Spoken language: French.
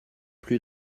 plus